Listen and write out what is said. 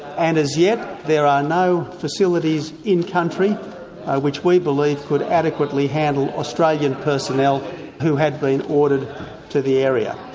and as yet there are no facilities in-country which we believe would adequately handle australian personnel who had been ordered to the area.